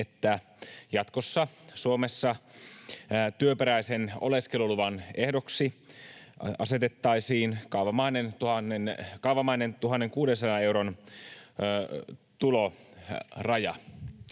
että jatkossa Suomessa työperäisen oleskeluluvan ehdoksi asetettaisiin kaavamainen 1 600 euron tuloraja.